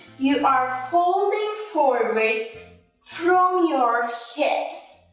you are folding forward from your hips,